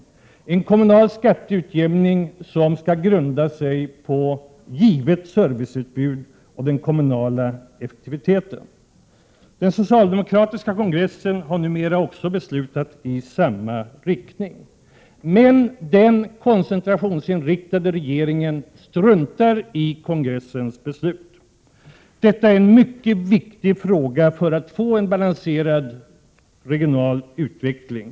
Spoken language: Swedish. Denna skall grunda sig på givet serviceutbud och på den kommunala effektiviteten. Den socialdemokratiska kongressen har fattat beslut i samma riktning. Men den koncentrationsinriktade regeringen struntar i kongressens beslut. Detta är dock en mycket viktig fråga när det gäller att få en balanserad regional utveckling.